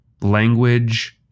language